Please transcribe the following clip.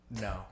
No